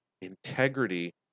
Integrity